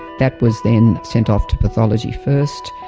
that was then sent off to pathology first,